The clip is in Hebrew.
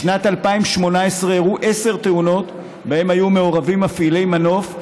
בשנת 2018 אירעו עשר תאונות שבהן היו מעורבים מפעילי מנוף,